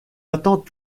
attends